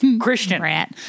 Christian